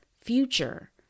future